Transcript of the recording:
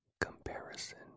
Comparison